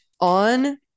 on